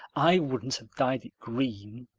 i wouldn't have dyed it green.